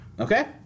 Okay